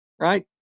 right